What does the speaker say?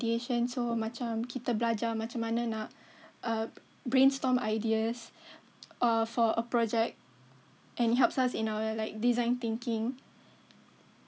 ideation so macam kita belajar macam mana nak uh brainstorm ideas uh for a project and it helps us in our like design thinking